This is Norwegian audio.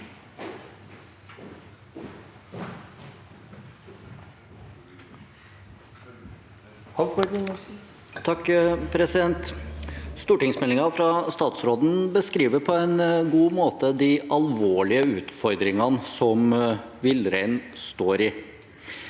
Stortingsmeldin- gen fra statsråden beskriver på en god måte de alvorlige utfordringene som villreinen står i,